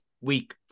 week